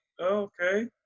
Okay